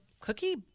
cookie